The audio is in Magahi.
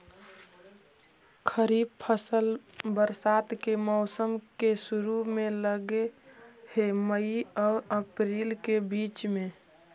खरीफ फसल बरसात के मौसम के शुरु में लग हे, मई आऊ अपरील के बीच में